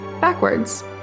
backwards